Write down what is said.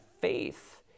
faith